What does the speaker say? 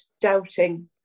doubting